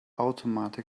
automatic